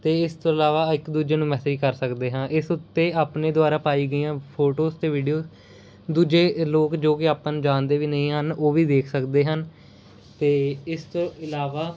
ਅਤੇ ਇਸ ਤੋਂ ਇਲਾਵਾ ਇੱਕ ਦੂਜੇ ਨੂੰ ਮੈਸੇਜ ਕਰ ਸਕਦੇ ਹਾਂ ਇਸ ਉੱਤੇ ਆਪਣੇ ਦੁਆਰਾ ਪਾਈ ਗਈਆਂ ਫੋਟੋਜ਼ ਅਤੇ ਵੀਡੀਓ ਦੂਜੇ ਲੋਕ ਜੋ ਕਿ ਆਪਾਂ ਨੂੰ ਜਾਣਦੇ ਵੀ ਨਹੀਂ ਹਨ ਉਹ ਵੀ ਵੇਖ ਸਕਦੇ ਹਨ ਅਤੇ ਇਸ ਤੋਂ ਇਲਾਵਾ